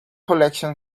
collection